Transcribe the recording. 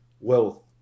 wealth